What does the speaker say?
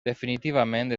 definitivament